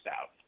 out